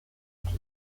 occhi